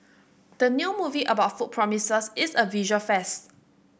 the new movie about food promises is a visual feast